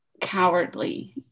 cowardly